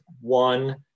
one